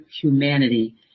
humanity